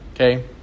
Okay